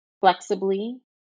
flexibly